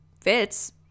fits